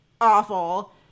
awful